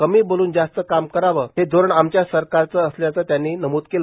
कमी बोलून जास्त काम कराव हे धोरण आमच्या सरकारचं असल्याचं नमद केलं